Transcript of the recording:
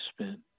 spent